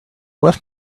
left